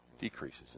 decreases